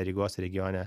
rygos regione